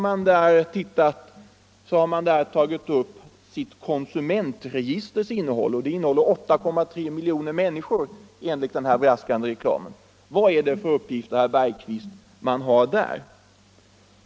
— finner vi där ”Konsumentregistrets innehåll”. Det upptar 8,3 miljoner människor enligt den här braskande reklamen. Vad är det för uppgifter, herr Bergqvist, som man lämnar där?